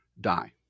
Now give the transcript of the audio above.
die